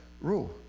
rule